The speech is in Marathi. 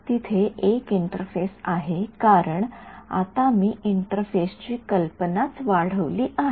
तिथे एक इंटरफेस आहे कारण आता मी इंटरफेस ची कल्पनाच वाढवली आहे